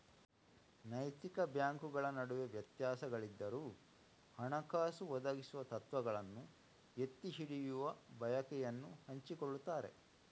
ನೈತಿಕ ಬ್ಯಾಂಕುಗಳ ನಡುವೆ ವ್ಯತ್ಯಾಸಗಳಿದ್ದರೂ, ಹಣಕಾಸು ಒದಗಿಸುವ ತತ್ವಗಳನ್ನು ಎತ್ತಿ ಹಿಡಿಯುವ ಬಯಕೆಯನ್ನು ಹಂಚಿಕೊಳ್ಳುತ್ತಾರೆ